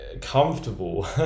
comfortable